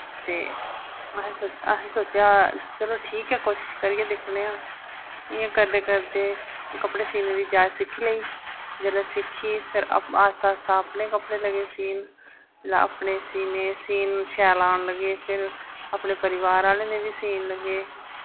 ते असें सौ असें सोचेआ चलो ठीक ऐ कोशिश करियै दिक्खने आं इ'यां करदे करदे कपड़े सीने दी जांच सिक्खी लेई जेल्लै सिक्खी फिर आस्तै आस्तै अपने कपड़े लगे सीन अपने सीने सीन शैल आन लगे फिर अपने परोआर आह्लें दे बी सीन लगे